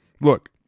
Look